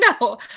no